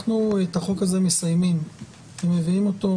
את החוק הזה אנחנו מסיימים ומביאים אותו.